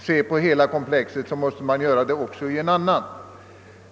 se på hela komplexet måste man göra det också i en annan.